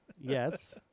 Yes